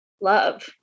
love